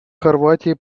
хорватии